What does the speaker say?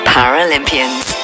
Paralympians